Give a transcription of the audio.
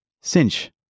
Cinch